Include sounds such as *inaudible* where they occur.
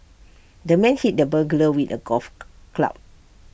the man hit the burglar with A golf *noise* club